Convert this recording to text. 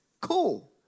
Cool